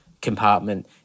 compartment